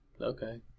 okay